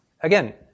Again